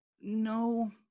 no